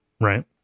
right